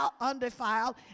undefiled